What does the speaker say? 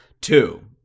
Two